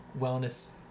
Wellness